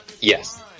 Yes